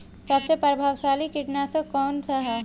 सबसे प्रभावशाली कीटनाशक कउन सा ह?